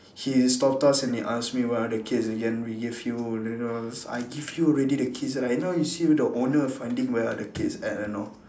he stopped us and he asked me where are the keys again we gave you you know I give you already the keys right now you see the owner finding where are the keys at you know